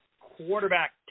quarterback